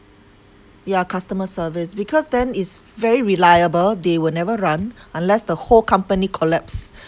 ya customer service because then it's very reliable they will never run unless the whole company collapse